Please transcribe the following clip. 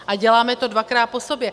A děláme to dvakrát po sobě.